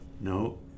No